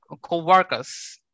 co-workers